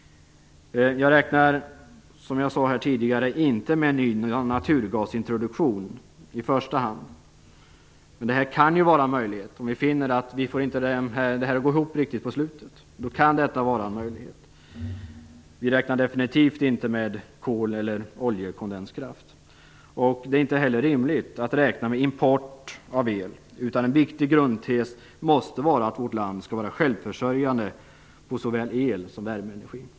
Som jag sade tidigare räknar jag inte i första hand med någon ny naturgasintroduktion. Men det kan vara en möjlighet om vi finner att vi inte får det här att gå ihop riktigt på slutet. Vi räknar definitivt inte med kol eller oljekondenskraft. Det är inte heller rimligt att räkna med import av el, utan en viktig grundtes måste vara att vårt land skall vara självförsörjande på såväl el som värmeenergi.